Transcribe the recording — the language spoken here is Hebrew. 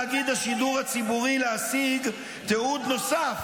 הצליחו בתאגיד השידור הציבורי להשיג תיעוד נוסף